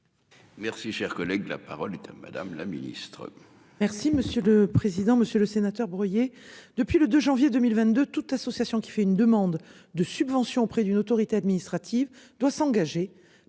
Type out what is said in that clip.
Merci, cher collègue, la parole est à madame la ministre.